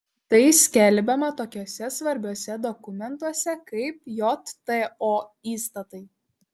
tai skelbiama tokiuose svarbiuose dokumentuose kaip jto įstatai